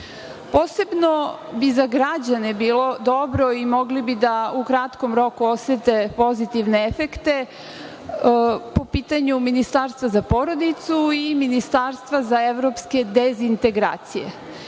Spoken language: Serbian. radom. Posebno bi za građane bilo dobro i mogli bi da u kratkom roku osete pozitivne efekte po pitanju ministarstva za porodicu i ministarstva za evropske dezintegracije. Mi